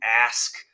ask